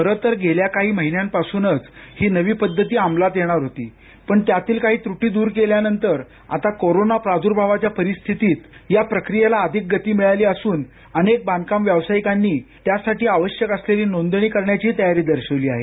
खरं तर गेल्या काही महिन्यांपासूनच ही नवी पद्धती अमलात येणार होती पण त्यातील काही त्रुटी दूर केल्यानंतर आता कोरोना प्रादुर्भावाच्या परिस्थितीत या प्रक्रियेला अधिक गती मिळाली असून अनेक बांधकाम व्यावसायिकांनी त्यासाठी आवश्यक असलेली नोंदणी करण्याची तयारी दर्शवली आहे